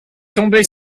tomber